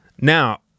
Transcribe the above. Now